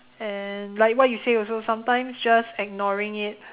and like what you say also sometimes just ignoring it